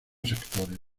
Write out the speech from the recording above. sectores